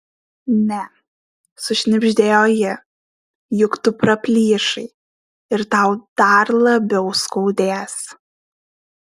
ne sušnibždėjo ji juk tu praplyšai ir tau dar labiau skaudės